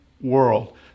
world